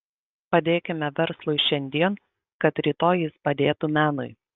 padėkime verslui šiandien kad rytoj jis padėtų menui